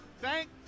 thank